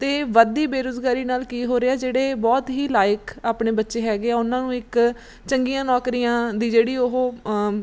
ਅਤੇ ਵੱਧਦੀ ਬੇਰੁਜ਼ਗਾਰੀ ਨਾਲ ਕੀ ਹੋ ਰਿਹਾ ਜਿਹੜੇ ਬਹੁਤ ਹੀ ਲਾਇਕ ਆਪਣੇ ਬੱਚੇ ਹੈਗੇ ਆ ਉਹਨਾਂ ਨੂੰ ਇੱਕ ਚੰਗੀਆਂ ਨੌਕਰੀਆਂ ਦੀ ਜਿਹੜੀ ਉਹ